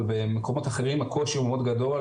אבל במקומות אחרים הקושי הוא מאוד גדול.